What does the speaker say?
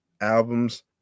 album's